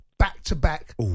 back-to-back